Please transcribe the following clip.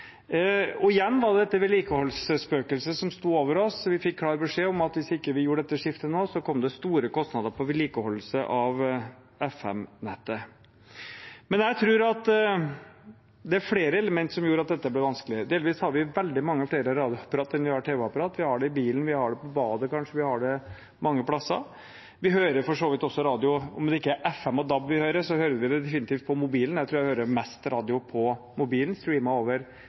Og igjen var det dette vedlikeholdsspøkelset som sto over oss: Vi fikk klar beskjed om at hvis vi ikke gjorde dette skiftet nå, ville det komme store kostnader for vedlikehold av FM-nettet. Men jeg tror at det er flere elementer som gjorde at dette ble vanskelig. Delvis har vi veldig mange flere radioapparater enn vi har tv-apparater. Vi har det i bilen, vi har det kanskje på badet – vi har det mange steder. Vi hører for så vidt også radio – om det ikke er på FM og på DAB vi hører, hører vi definitivt på mobilen. Jeg tror jeg hører mest radio på mobilen, streamet over